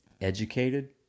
educated